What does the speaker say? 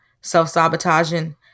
self-sabotaging